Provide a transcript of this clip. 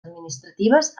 administratives